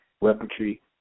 weaponry